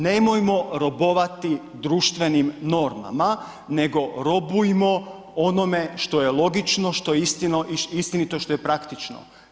Nemojmo robovati društvenim normama, nego robujmo onome što je logično, što je istinito i što je praktično.